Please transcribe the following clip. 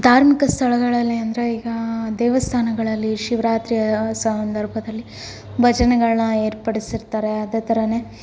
ಧಾರ್ಮಿಕ ಸ್ಥಳಗಳಲ್ಲಿ ಅಂದರೆ ಈಗ ದೇವಸ್ಥಾನಗಳಲ್ಲಿ ಶಿವರಾತ್ರಿಯ ಸಂದರ್ಭದಲ್ಲಿ ಭಜನೆಗಳನ್ನ ಏರ್ಪಡಿಸಿರ್ತಾರೆ ಅದೇ ಥರನೇ